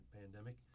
pandemic